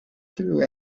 through